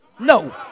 No